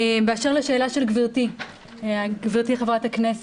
באשר לשאלה של גברתי חברת הכנסת,